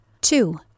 Two